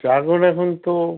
dragon এখন তো